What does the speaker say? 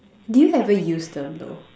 do you ever use them though